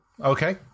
okay